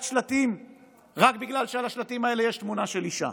שלטים רק בגלל שעל השלטים האלה יש תמונה של אישה.